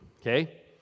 okay